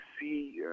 see